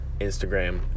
Instagram